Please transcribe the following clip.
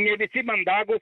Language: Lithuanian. ne visi mandagūs